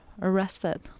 arrested